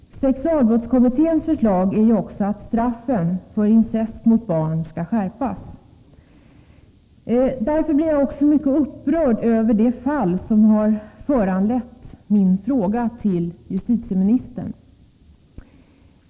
Sexualbrottskommitténs förslag är också att straffen för incest mot barn skall skärpas. Därför blir jag mycket upprörd över det fall som har föranlett min fråga till justitieministern.